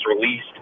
released